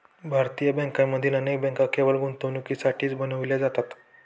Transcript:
भारतीय बँकांमधून अनेक बँका केवळ गुंतवणुकीसाठीच बनविल्या जातात